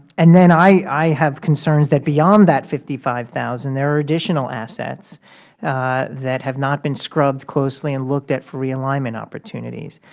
and then i have concerns that beyond that fifty five thousand there are additional assets that have not been scrubbed closely and looked at for realignment opportunities.